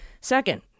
Second